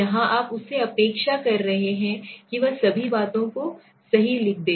यहाँ आप उससे अपेक्षा कर रहे हैं कि वह सभी बातों को सही लिख दे